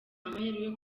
amahirwe